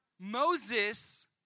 Moses